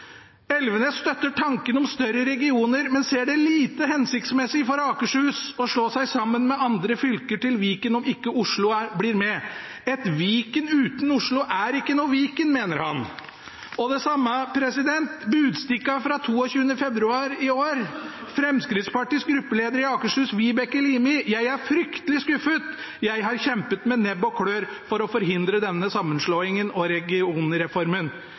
Elvenes sa i Budstikka 15. september i fjor at han støtter tanken om større regioner, men ser det lite hensiktsmessig for Akershus å slå seg sammen med andre fylker til Viken om ikke Oslo blir med. «Et Viken uten Oslo er ikke noe Viken», mener han. Det samme i Budstikka for 23. februar i år. Fremskrittspartiets gruppeleder i Akershus fylkesting, Vibeke Limi, uttalte: «Jeg er fryktelig skuffet. Jeg har kjempet med nebb og klør for å forhindre denne sammenslåingen og regionreformen.